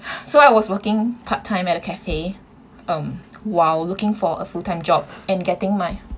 so I was working part time at a cafe um while looking for a full time job and getting my